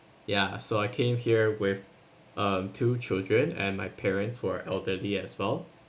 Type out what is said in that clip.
ya so I came here with um two children and my parents who are elderly as well